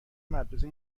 مدرسه